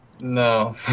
No